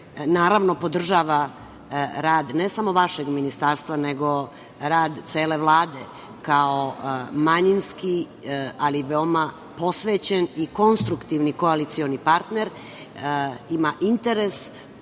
naravno podržava rad ne samo vašeg ministarstva, nego rad cele Vlade. Kao manjinski ali veoma posvećen i konstruktivni koalicioni partner ima interes